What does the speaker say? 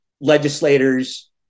legislators